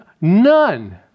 None